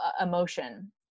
emotion